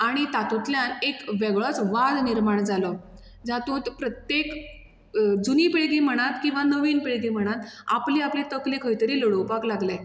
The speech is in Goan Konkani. आनी तातुंतल्यान एक वेगळोच वाद निर्माण जालो जातूंत प्रत्येक जुनी पिळगी म्हणात किंवा नवीन पिळगी म्हणात आपली आपली तकली खंय तरी लडोवपाक लागले